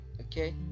Okay